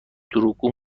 دروغگو